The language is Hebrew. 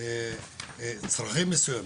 עם צרכים מסוימים,